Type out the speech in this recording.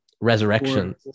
Resurrection